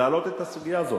להעלות את הסוגיה הזאת,